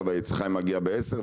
ואליך היא מגיעה בשעה עשר,